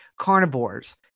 carnivores